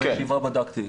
לפני הישיבה בדקתי,